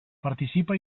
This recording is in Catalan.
participa